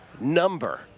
number